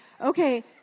Okay